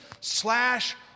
slash